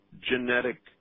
genetic